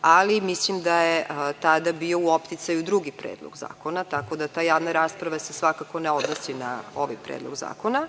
ali mislim da je tada bio u opticaju drugi predlog zakona, tako da ta javna rasprava se svakako ne odnosi na ovaj predlog zakona.